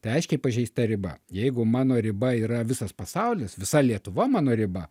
tai aiškiai pažeista riba jeigu mano riba yra visas pasaulis visa lietuva mano riba